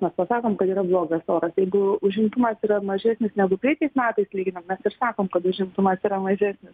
mes pasakom kad yra blogas oras jeigu užimtumas yra mažesnis negu preitais metais lyginam mes ir sakom kad užimtumas yra mažesnis